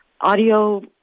audio